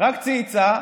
רק צייצה,